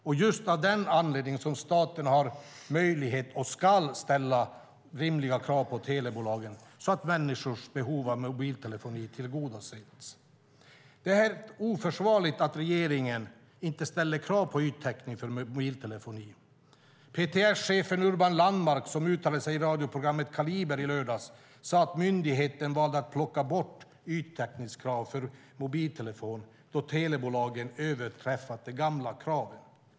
Det är just av den anledningen staten har möjlighet och ska ställa rimliga krav på telebolagen, så att människors behov av mobiltelefoni tillgodoses. Det är helt oförsvarligt att regeringen inte ställer krav på yttäckning för mobiltelefoni. PTS-chefen Urban Landmark, som uttalade sig i radioprogrammet Kaliber i lördags, sade att myndigheten valde att plocka bort yttäckningskrav för mobiltelefon då telebolagen hade överträffat de gamla kraven.